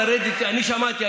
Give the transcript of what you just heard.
אני שמעתי,